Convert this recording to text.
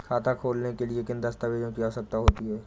खाता खोलने के लिए किन दस्तावेजों की आवश्यकता होती है?